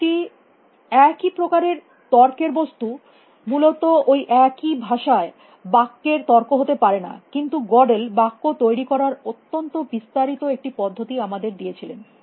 একটি একই প্রকারের তর্কের বস্তু মূলত ওই একই ভাষার বাক্যের তর্ক হতে পারে না কিন্তু গডেল বাক্য তৈরী করার অত্যন্ত বিস্তারিত একটি পদ্ধতি আমাদের দিয়েছিলেন